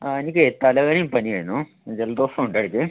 ആ എനിക്കേ തലവേദനയും പനിയും ആയിരുന്നു ജലദോഷവുമുണ്ട് ഇടയ്ക്ക്